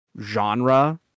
genre